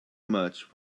much